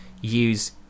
use